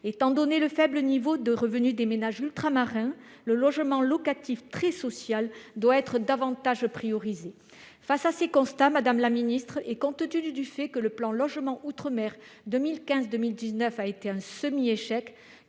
Étant donné le faible niveau de revenus des ménages ultramarins, le logement locatif très social doit être davantage priorisé. Face à ces constats, madame la ministre, et compte tenu du fait que le plan logement outre-mer 2015-2019 a été un semi-échec,